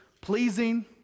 pleasing